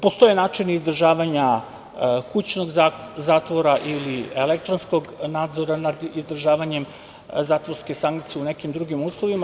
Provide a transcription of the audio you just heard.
Postoje načini izdržavanja kućnog zatvora ili elektronskog nadzora nad izdržavanjem zatvorske sankcije, u nekim drugim uslovima.